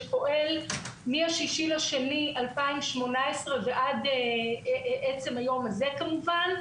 שפועל מה-6 בפברואר 2018 ועד עצם היום הזה כמובן,